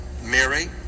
Mary